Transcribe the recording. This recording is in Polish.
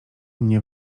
mnie